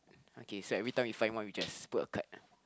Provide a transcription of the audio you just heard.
okay so everything we find one we just put a card